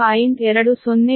20 p